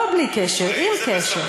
לא בלי קשר, עם קשר.